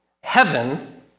heaven